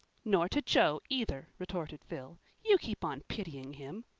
nor to jo, either, retorted phil. you keep on pitying him.